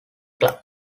club